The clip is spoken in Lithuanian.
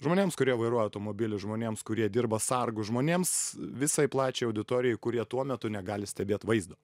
žmonėms kurie vairuoja automobilį žmonėms kurie dirba sargu žmonėms visai plačiai auditorijai kurie tuo metu negali stebėt vaizdo